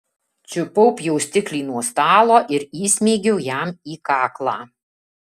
čiupau pjaustiklį nuo stalo ir įsmeigiau jam į kaklą